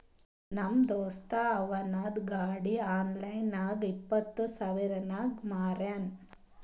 ನಮ್ ದೋಸ್ತ ಅವಂದ್ ಗಾಡಿ ಆನ್ಲೈನ್ ನಾಗ್ ಇಪ್ಪತ್ ಸಾವಿರಗ್ ಮಾರ್ಯಾನ್